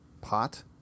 pot